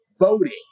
voting